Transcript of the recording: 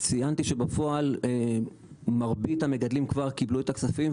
ציינתי שבפועל מרבית המגדלים כבר קיבלו את הכספים,